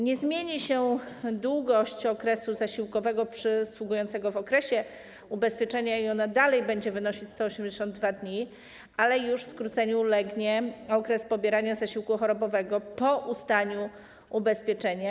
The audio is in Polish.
Nie zmieni się długość okresu zasiłkowego przysługującego w okresie ubezpieczenia i on dalej będzie wynosić 182 dni, ale już skróceniu ulegnie okres pobierania zasiłku chorobowego po ustaniu ubezpieczenia.